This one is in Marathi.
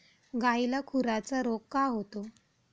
गायीला खुराचा रोग का होतो?